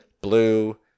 blue